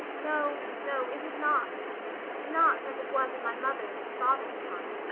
no, no, it is not not as it was in my mother's and father's time.